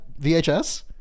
VHS